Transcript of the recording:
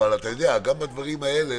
אתה יודע, גם בדברים האלה,